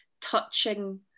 touching